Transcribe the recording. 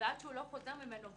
ועד שהוא חוזר ממנו.